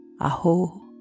Aho